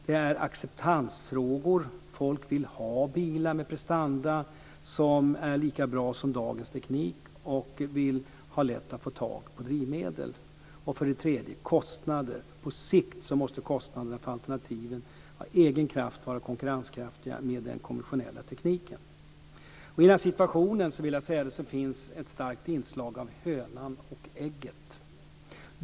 Det finns acceptansfrågor. Folk vill ha bilar med lika bra prestanda som dagens teknik erbjuder, och det ska vara lätt att få tag på drivmedel. Det tredje hindret handlar om kostnader. På sikt måste kostnaderna för alternativen av egen kraft vara konkurrenskraftiga med den konventionella tekniken. I den situationen finns ett starkt inslag av hönan och ägget.